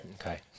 Okay